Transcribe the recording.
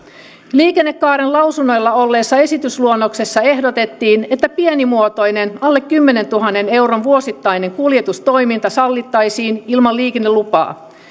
liikennekaaren lausunnoilla olleessa esitysluonnoksessa ehdotettiin että pienimuotoinen alle kymmenentuhannen euron vuosittainen kuljetustoiminta sallittaisiin ilman liikennelupaa